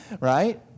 right